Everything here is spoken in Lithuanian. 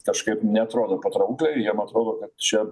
kažkaip neatrodo patraukliai jiem atrodo kad čia